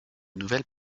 nouvelles